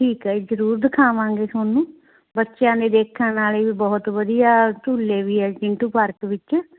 ਠੀਕ ਹੈ ਜੀ ਜ਼ਰੂਰ ਦਿਖਾਵਾਂਗੇ ਤੁਹਾਨੂੰ ਬੱਚਿਆਂ ਲਈ ਦੇਖਣ ਵਾਲੇ ਵੀ ਬਹੁਤ ਵਧੀਆ ਝੂਲੇ ਵੀ ਹੈ ਚਿੰਟੂ ਪਾਰਕ ਵਿੱਚ